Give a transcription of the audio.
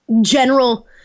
general